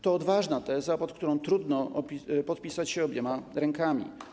To odważna teza, pod którą trudno podpisać się obiema rękami.